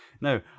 no